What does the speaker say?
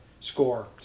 score